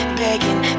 begging